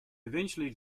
eventually